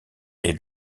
est